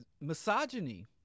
misogyny